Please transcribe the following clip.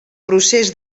procés